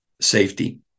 safety